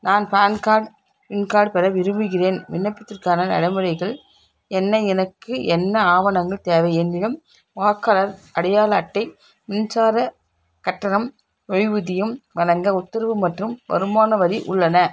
நான் PAN card SIM card பெற விரும்புகிறேன் விண்ணப்பிப்பதற்கான நடைமுறைகள் என்ன எனக்கு என்ன ஆவணங்கள் தேவை என்னிடம் வாக்காளர் அடையாள அட்டை மின்சாரக் கட்டணம் ஓய்வூதியம் வழங்க உத்தரவு மற்றும் வருமான வரி உள்ளன